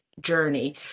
journey